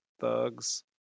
Thugs